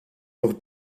nog